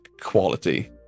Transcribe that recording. quality